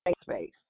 space